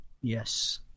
yes